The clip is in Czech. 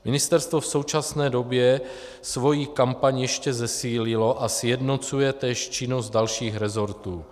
Ministerstvo v současné době svoji kampaň ještě zesílilo a sjednocuje též činnost dalších resortů.